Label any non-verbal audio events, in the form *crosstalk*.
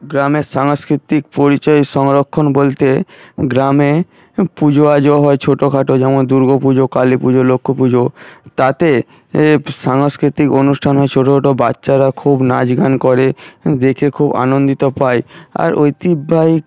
গ্রামের সাংস্কৃতিক পরিচয় সংরক্ষণ বলতে গ্রামে পুজো আজও হয় ছোটখাটো যেমন দুর্গাপুজো কালীপুজো লক্ষ্মীপুজো তাতে *unintelligible* সাংস্কৃতিক অনুষ্ঠান হয় ছোটো ছোটো বাচ্চারা খুব নাচগান করে দেখে খুব আনন্দিত পাই আর ঐতিহ্যবাহী